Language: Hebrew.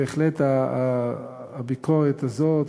בהחלט הביקורת הזאת,